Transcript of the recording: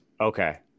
Okay